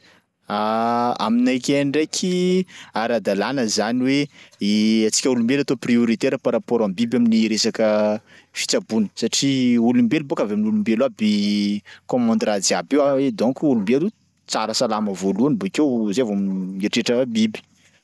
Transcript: Aminakay ndraiky ara-dalàna zany hoe antsika olombelo atao prioritaire par rapport am'biby amin'ny resaka fitsaboana satria olombelo bôka avy amin'olombelo aby commande raha jiaby io a edonko olombelo tsara salama voalohany bakeo zay vao mieritreritra biby.